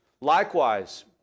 Likewise